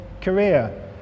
Korea